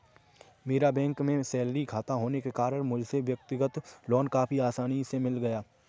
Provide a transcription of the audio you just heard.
मेरा बैंक में सैलरी खाता होने के कारण मुझको व्यक्तिगत लोन काफी आसानी से मिल गया